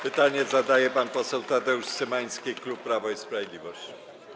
Pytanie zadaje pan poseł Tadeusz Cymański, klub Prawo i Sprawiedliwość.